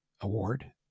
award